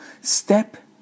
step